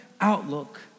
outlook